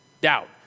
doubt